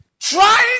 trying